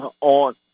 on